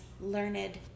learned